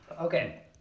Okay